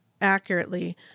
accurately